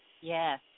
Yes